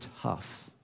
tough